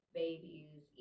babies